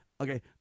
okay